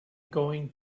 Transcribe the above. going